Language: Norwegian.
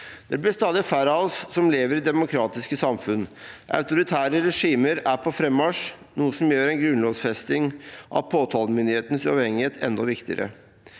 Det blir stadig færre av oss som lever i demokratiske samfunn. Autoritære regimer er på frammarsj, noe som gjør en grunnlovfesting av påtalemyndighetens uavhengighet enda viktigere.